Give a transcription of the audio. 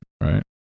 right